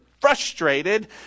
frustrated